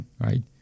right